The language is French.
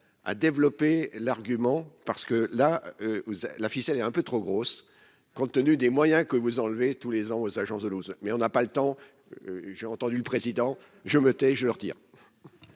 à développer l'argument parce que là où la ficelle est un peu trop grosse, compte tenu des moyens que vous enlever tous les ans aux agences de l'eau, mais on n'a pas le temps, j'ai entendu le président je me tais, je leur dire.